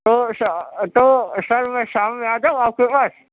تو سر میں شام میں آ جاؤں آپ کے پاس